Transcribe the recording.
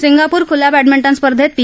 Singapore खुल्या badminton स्पर्धेत P